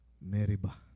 Meribah